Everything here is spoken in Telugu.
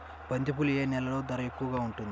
బంతిపూలు ఏ నెలలో ధర ఎక్కువగా ఉంటుంది?